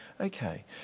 okay